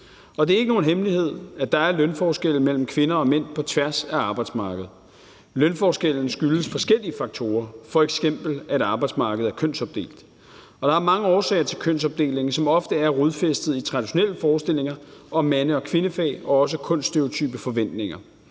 og det er ikke nogen hemmelighed, at der er lønforskelle mellem kvinder og mænd på tværs af arbejdsmarkedet. Lønforskellen skyldes forskellige faktorer, f.eks. at arbejdsmarkedet er kønsopdelt, og der er mange årsager til kønsopdelingen, som ofte er rodfæstet i traditionelle forestillinger om mandefag og kvindefag og også kønsstereotype forventninger.